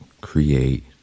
create